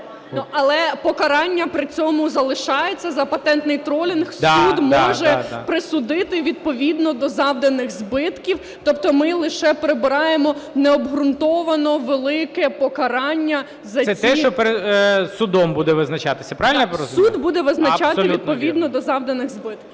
Але покарання при цьому залишається за патентний тролінг суд може присудити відповідно до завданих збитків. Тобто ми лише прибираємо необґрунтовано велике покарання за ці… ГОЛОВУЮЧИЙ. Це те, що судом буде визначатися. Правильно я розумію? ПІДЛАСА Р.А. Суд буде визначати відповідно до завданих збитків.